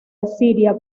asiria